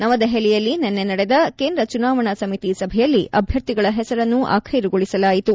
ನವದೆಪಲಿಯಲ್ಲಿ ನಿನ್ನೆ ನಡೆದ ಕೇಂದ್ರ ಚುನಾವಣಾ ಸಮಿತಿ ಸಭೆಯಲ್ಲಿ ಅಭ್ಯರ್ಥಿಗಳ ಹೆಸರನ್ನು ಆಖ್ಯೆರುಗೊಳಿಸಲಾಯಿತು